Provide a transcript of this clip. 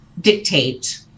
dictate